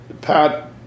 Pat